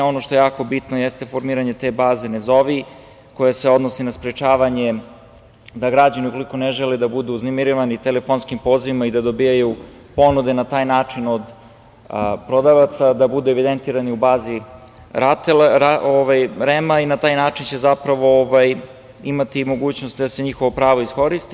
Ono što je jako bitno jeste formiranje te baze – ne zovi, koja se odnosi na sprečavanje da građani ukoliko ne žele da budu uznemiravani telefonskim pozivima i da dobijaju ponude na taj način od prodavaca, da budu evidentirani u bazi REM-a i na taj način će zapravo imati mogućnost da se njihovo pravo iskoristi.